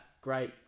Great